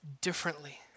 differently